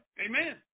Amen